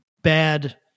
bad